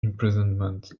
imprisonment